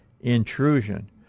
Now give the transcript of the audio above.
intrusion